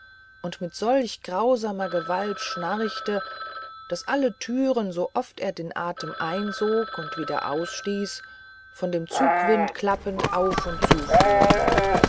und mit solcher grausamer gewalt schnarchte daß alle türen sooft er den atem einzog und wieder ausstieß von dem zugwind klappend auf und